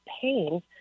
pain